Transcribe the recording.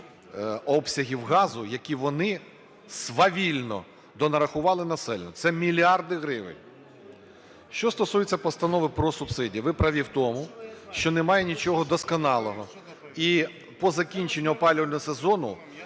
обсягів газу, які вони свавільно донарахували населенню, це мільярди гривень. Що стосується постанови про субсидії. Ви праві в тому, що немає нічого досконалого. І по закінченню опалювального сезону